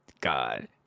God